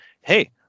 hey